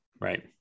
Right